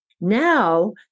Now